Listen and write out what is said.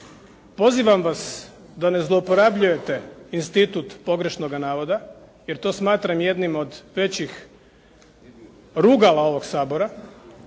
Pozivam vas da ne zlouporabljujete institut pogrešnoga navoda, jer to smatram jednim od većih rugala ovog Sabora,